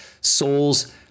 Souls